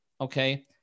okay